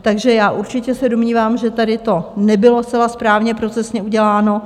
Takže určitě se domnívám, že tady to nebylo zcela správně procesně uděláno.